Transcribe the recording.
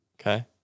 okay